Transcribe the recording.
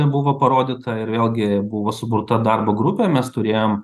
buvo parodyta ir vėlgi buvo suburta darbo grupė mes turėjom